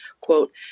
quote